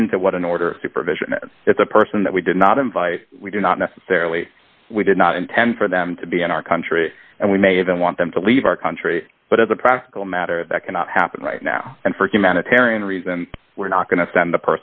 that was an order of supervision and if a person that we did not invite we do not necessarily we did not intend for them to be in our country and we may even want them to leave our country but as a practical matter that cannot happen right now and for humanitarian reason we're not going to send the